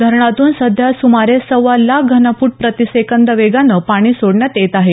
धरणातून सध्या सुमारे सव्वा लाख घनफूट प्रतिसेकंद वेगानं पाणी सोडण्यात येत आहे